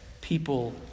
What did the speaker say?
people